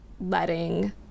letting